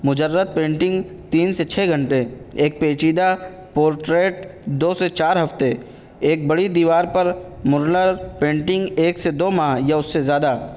مجرد پینٹنگ تین سے چھ گھنٹے ایک پیچیدہ پورٹریٹ دو سے چار ہفتے ایک بڑی دیوار پر مرلر پینٹنگ ایک سے دو ماہ یا اس سے زیادہ